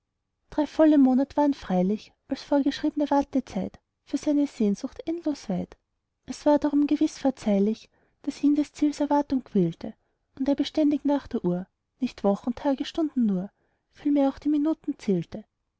drei volle monat waren freilich als vorgeschriebne wartezeit für seine sehnsucht endlos weit es war darum gewiß verzeihlich daß ihn des ziels erwartung quälte und er beständig nach der uhr nicht wochen tage stunden nur vielmehr auch die minuten zählte